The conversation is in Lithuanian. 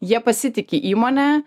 jie pasitiki įmone